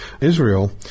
Israel